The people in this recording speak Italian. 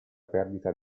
perdita